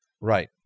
right